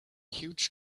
huge